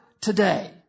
today